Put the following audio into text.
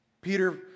Peter